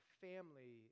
family